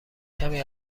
کمی